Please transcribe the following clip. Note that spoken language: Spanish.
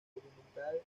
documental